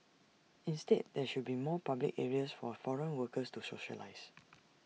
instead there should be more public areas for foreign workers to socialise